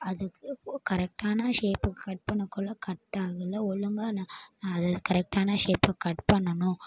அது கரெக்ட்டான ஷேப்புக்கு கட் பண்ணக்கொள்ள கட்டு ஆகல ஒழுங்காக நான் நான் அதை கரெக்ட்டான ஷேப்புக்கு கட் பண்ணணும்